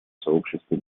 сообществе